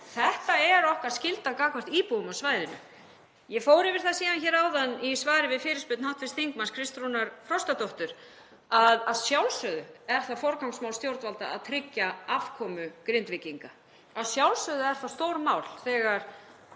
þetta er okkar skylda gagnvart íbúum á svæðinu. Ég fór síðan yfir það hér áðan í svari við fyrirspurn hv. þm. Kristrúnar Frostadóttur að að sjálfsögðu er það forgangsmál stjórnvalda að tryggja afkomu Grindvíkinga. Að sjálfsögðu er það stórmál þegar